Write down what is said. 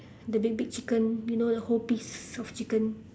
the big big chicken you know the whole piece soft chicken